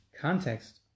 context